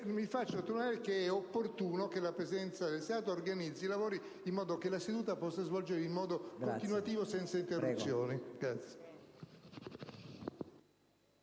di sottolineare l'opportunità che la Presidenza del Senato organizzi i lavori in modo che la seduta possa svolgersi in modo continuativo, senza interruzioni.